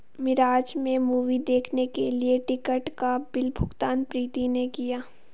मिराज में मूवी देखने के लिए टिकट का बिल भुगतान प्रीति ने किया